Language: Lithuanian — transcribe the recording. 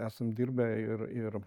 esam dirbę ir ir